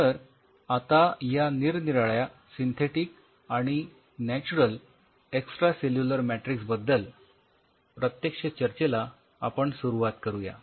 तर आता या निरनिराळ्या सिंथेटिक आणि नॅच्युरल एक्सट्रासेल्युलर मॅट्रिक्स बद्दल प्रत्यक्ष चर्चेला आपण सुरुवात करूया